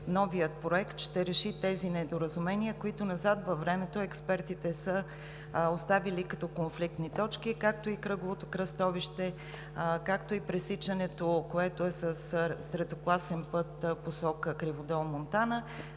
новият проект, ще реши тези недоразумения, които назад във времето експертите са оставили като конфликтни точки, както и кръговото кръстовище – пресичането, което е с третокласен път в посока Криводол – Монтана,